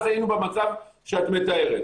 אז היינו במצב שאת מתארת.